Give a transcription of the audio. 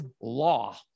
law